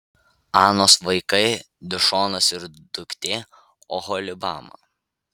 anos vaikai dišonas ir duktė oholibama